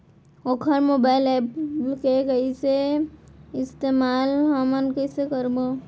वोकर mobile app के इस्तेमाल हमन कइसे करबो?